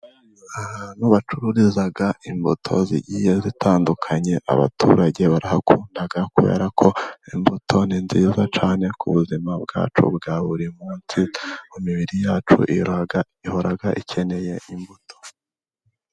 Ahantu bacururiza imbuto zigiye zitandukanye, abaturage barahakunda kubera ko imbuto ni nziza cyane ku buzima bwacu bwa buri munsi, mu mibiri yacu yo ihora ikeneye imbuto.